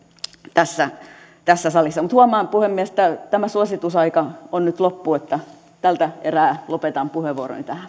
tässä tässä salissa mutta huomaan puhemies että suositusaika on nyt loppu eli tältä erää lopetan puheenvuoroni tähän